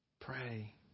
Pray